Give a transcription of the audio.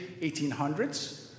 1800s